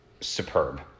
superb